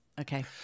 Okay